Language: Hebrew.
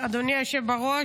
אדוני היושב בראש.